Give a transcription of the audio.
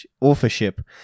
authorship